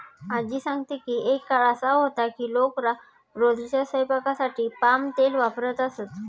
आज्जी सांगते की एक काळ असा होता की लोक रोजच्या स्वयंपाकासाठी पाम तेल वापरत असत